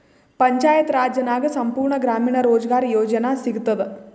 ಪಂಚಾಯತ್ ರಾಜ್ ನಾಗ್ ಸಂಪೂರ್ಣ ಗ್ರಾಮೀಣ ರೋಜ್ಗಾರ್ ಯೋಜನಾ ಸಿಗತದ